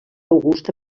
augusta